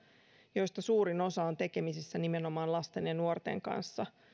joista suurin osa on tekemisissä nimenomaan lasten ja nuorten kanssa